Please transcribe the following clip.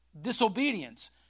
disobedience